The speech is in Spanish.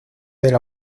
del